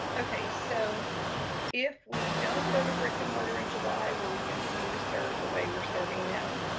okay. so if we don't go to brick and mortar in july, will we continue to serve the way we're serving now?